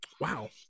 Wow